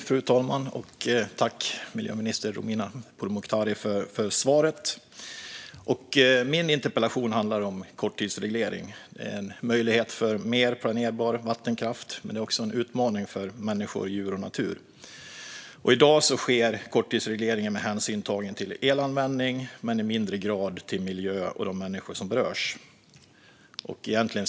Fru talman! Tack för svaret, miljöminister Romina Pourmokhtari! Min interpellation handlar om korttidsreglering. Det innebär en möjlighet för mer planerbar vattenkraft, men det är också en utmaning för människor, djur och natur. I dag sker korttidsregleringen med hänsyn tagen till elanvändning, men hänsyn tas i mindre grad till miljö och de människor som berörs.